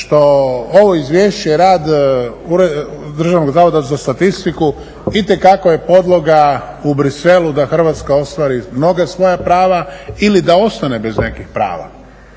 ovo izvješće rad Državnog zavoda za statistiku itekako je podloga u Bruxellesu da Hrvatska ostvari mnoga svoja prava ili da ostane bez nekih prava.